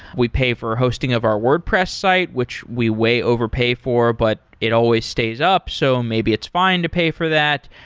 we pay for hosting of our wordpress site, which we way overpay for, but it always stays up. so maybe it's fine to pay for that.